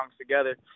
together